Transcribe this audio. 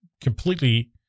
completely